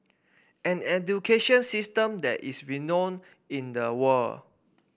an education system that is renowned in the world